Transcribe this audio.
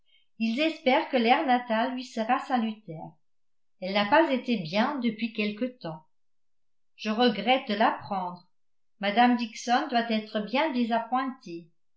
ils espèrent que l'air natal lui sera salutaire elle n'a pas été bien depuis quelque temps je regrette de l'apprendre mme dixon doit être bien désappointée